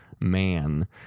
man